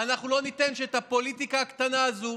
ואנחנו לא ניתן שאת הפוליטיקה הקטנה הזו